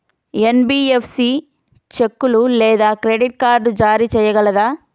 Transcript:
NBFC చెక్కులు లేదా credit card జారీ చేయగలదా?